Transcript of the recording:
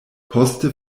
poste